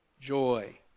joy